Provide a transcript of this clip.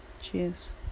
Cheers